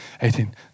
eighteen